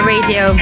Radio